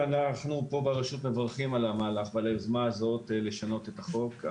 ברשות מברכים על המהלך ועל היוזמה הזאת לשנות את החוק.